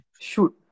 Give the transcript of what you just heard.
Shoot